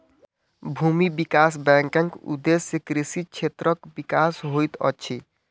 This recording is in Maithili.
भूमि विकास बैंकक उदेश्य कृषि क्षेत्रक विकास होइत अछि